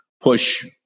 push